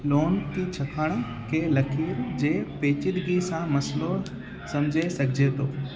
lawn की छकण खे लकीर जे पेचीदगी सां मसइलो समुझे सघिजे थो